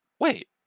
wait